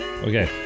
Okay